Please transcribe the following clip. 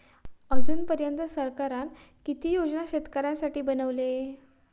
अजून पर्यंत सरकारान किती योजना शेतकऱ्यांसाठी बनवले?